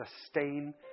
sustain